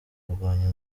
kurwanya